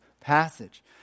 passage